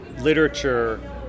literature